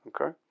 okay